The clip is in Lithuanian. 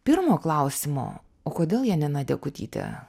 pirmo klausimo o kodėl janina degutytė